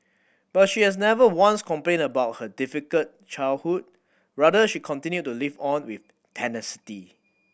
but she has never once complained about her difficult childhood rather she continued to live on with tenacity